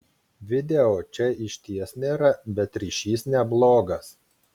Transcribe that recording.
video čia išties nėra bet ryšys neblogas